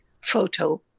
photo